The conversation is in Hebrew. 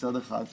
מצד אחד,